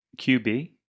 qb